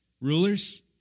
Rulers